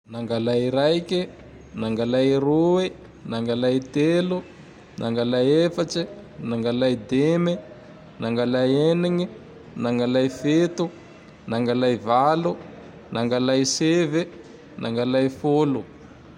Nangalay raike, nangalay roe, nangalay telo, nangalay efatse, nangalay dimy, nangalay enigne, nangalay fito, nangalay valo, nangaly sivy, nangalay folo.